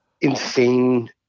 insane